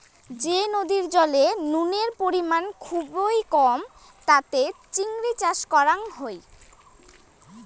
যে নদীর জলে নুনের পরিমাণ খুবই কম তাতে চিংড়ি চাষ করাং হই